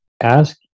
ask